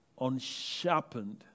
unsharpened